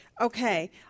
Okay